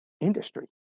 industry